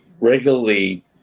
regularly